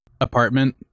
apartment